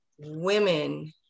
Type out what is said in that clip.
women